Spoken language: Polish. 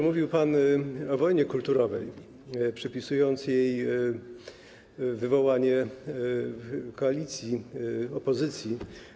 Mówił pan o wojnie kulturowej, przypisując jej wywołanie koalicji, opozycji.